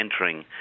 entering